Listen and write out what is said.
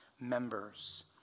members